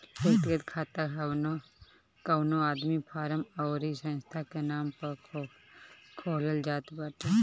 व्यक्तिगत खाता कवनो आदमी, फर्म अउरी संस्था के नाम पअ खोलल जात बाटे